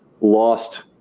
lost